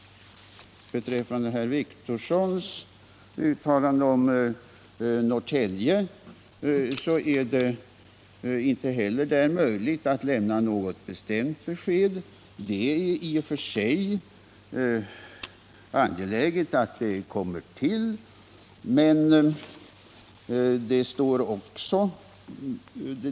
Beträffande herr Wictorssons uttalande om Norrtälje är det inte heller i det fallet möjligt att lämna något bestämt besked. Det är i och för sig angeläget att ett polishus där kommer till stånd.